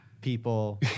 people